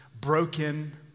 broken